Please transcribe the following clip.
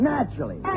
Naturally